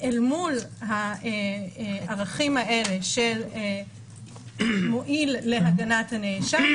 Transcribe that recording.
אל מול את הערכים האלה של מועיל להגנת הנאשם,